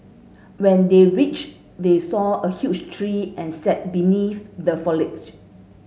when they reach they saw a huge tree and sat beneath the foliage